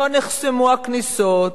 לא נחסמו הכניסות,